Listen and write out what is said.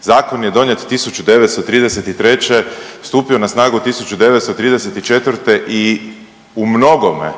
zakon je donijet 1933. stupio na snagu 1934. i u mnogome